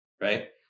right